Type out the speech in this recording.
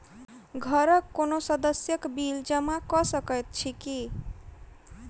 घरक कोनो सदस्यक बिल जमा कऽ सकैत छी की?